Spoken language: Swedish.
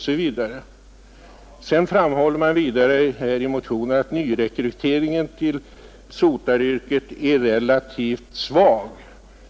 Sedan framhålls det i motionen att nyrekryteringen till sotaryrket är relativt svag.